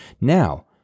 Now